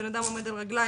בן אדם עומד על רגליים,